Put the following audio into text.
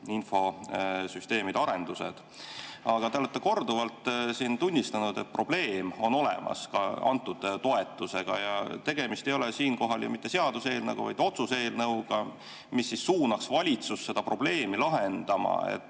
infosüsteemide arendused. Aga te olete korduvalt siin tunnistanud, et probleem on olemas ka selle toetusega. Tegemist ei ole siinkohal ju mitte seaduseelnõuga, vaid otsuse eelnõuga, mis suunaks valitsust seda probleemi lahendama.